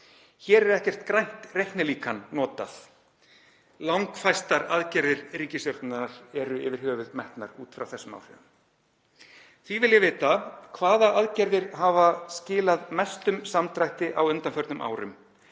Hér er ekkert grænt reiknilíkan notað. Langfæstar aðgerðir ríkisstjórnarinnar eru yfir höfuð metnar út frá þessum áhrifum. Því vil ég vita: Hvaða aðgerðir hafa skilað mestum samdrætti á undanförnum árum?